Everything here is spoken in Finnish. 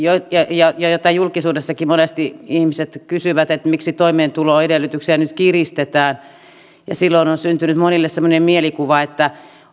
kuten julkisuudessakin monesti ihmiset kysyvät miksi toimeentuloedellytyksiä nyt kiristetään silloin on syntynyt monille semmoinen mielikuva että